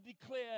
declare